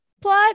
plot